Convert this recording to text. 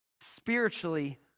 spiritually